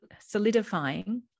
solidifying